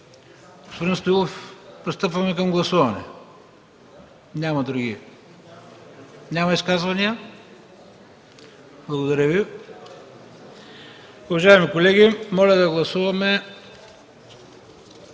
Стоилов, пристъпваме към гласуване. Няма изказвания. Благодаря Ви. Уважаеми колеги, моля да гласуваме